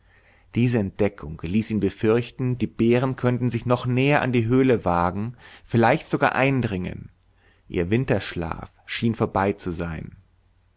diese entdeckung ließ ihn befürchten die bären könnten sich noch näher an die höhle wagen vielleicht sogar eindringen ihr winterschlaf schien vorbei zu sein